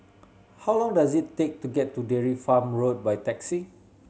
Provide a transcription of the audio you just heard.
how long does it take to get to Dairy Farm Road by taxi